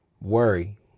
Worry